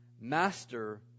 Master